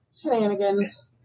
Shenanigans